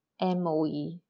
MOE